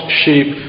sheep